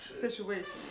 situation